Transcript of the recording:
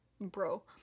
bro